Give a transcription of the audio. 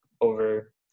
over